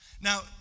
Now